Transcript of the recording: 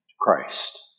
Christ